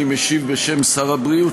אני משיב בשם שר הבריאות,